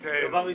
נכון.